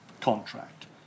contract